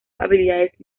habilidades